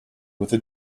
with